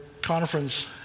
conference